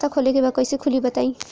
खाता खोले के बा कईसे खुली बताई?